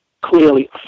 clearly